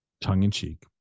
tongue-in-cheek